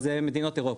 זה מדינות אירופה,